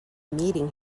meeting